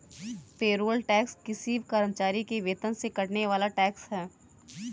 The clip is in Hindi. पेरोल टैक्स किसी कर्मचारी के वेतन से कटने वाला टैक्स है